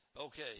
Okay